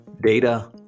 Data